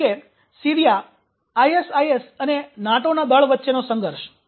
જેમ કે Syria ISIS અને નાટોના દળ વચ્ચેનો સંઘર્ષ